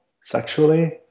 sexually